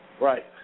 Right